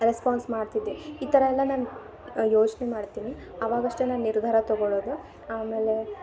response ಮಾಡ್ತಿದ್ದೆ ಈ ಥರ ಎಲ್ಲ ನಾನು ಯೋಚನೆ ಮಾಡ್ತೀನಿ ಆವಾಗಷ್ಟೇ ನಾನು ನಿರ್ಧಾರ ತೊಗೊಳ್ಳೋದು ಆಮೇಲೆ